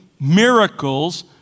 Miracles